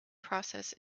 process